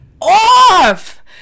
off